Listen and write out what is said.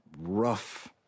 rough